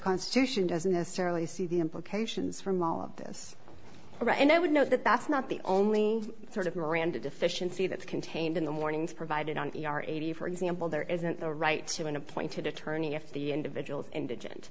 constitution doesn't necessarily see the implications from all of this and i would note that that's not the only sort of miranda deficiency that's contained in the mornings provided on the r eighty for example there isn't a right to an appointed attorney if the individual indigent